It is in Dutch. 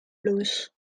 bloes